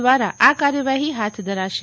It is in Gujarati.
દ્વારા આ કાર્યવાહી હાથ ધરાશે